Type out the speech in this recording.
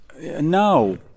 No